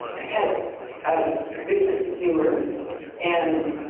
had a good sense of humor and